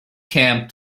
camp